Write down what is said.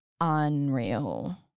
unreal